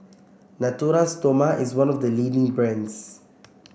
Natura Stoma is one of the leading brands